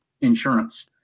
insurance